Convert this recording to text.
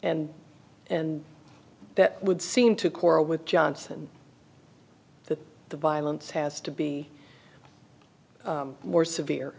and and that would seem to quarrel with johnson the violence has to be more severe